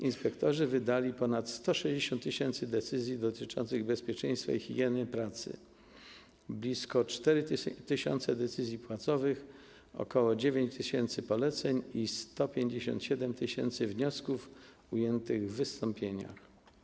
Inspektorzy wydali ponad 160 tys. decyzji dotyczących bezpieczeństwa i higieny pracy, blisko 4 tys. decyzji płacowych, ok. 9 tys. poleceń i 157 tys. wniosków ujętych w wystąpieniach.